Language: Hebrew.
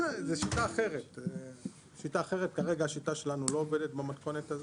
שיטה אחרת, כרגע השיטה שלנו לא עובדת במתכונת הזו.